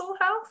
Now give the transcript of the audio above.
health